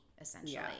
essentially